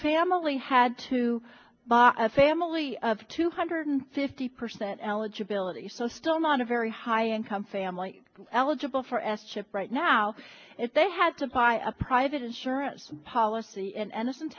family had to buy a family of two hundred fifty percent eligibility so still not a very high income family eligible for s chip right now if they had to buy a private insurance policy and